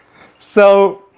so